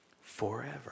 Forever